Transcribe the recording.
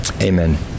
Amen